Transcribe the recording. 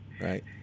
Right